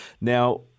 Now